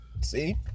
See